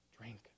drink